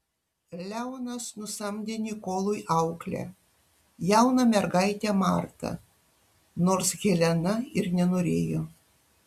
leonas nusamdė nikolui auklę jauną mergaitę martą nors helena ir nenorėjo